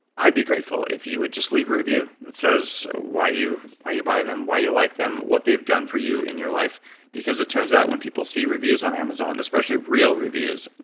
i'd be grateful if you would just leave a review that says why you why you buy them, why you like them, what they've done for you in your life because it turns out when people see reviews on amazon especially real reviews,